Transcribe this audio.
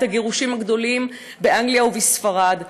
את הגירושים הגדולים מאנגליה ומספרד,